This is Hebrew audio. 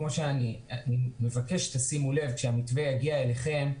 כמו שאני מבקש שתשימו לב כשהמתווה יגיע אליכם,